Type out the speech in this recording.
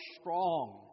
strong